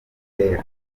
gatera